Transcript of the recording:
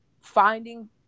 finding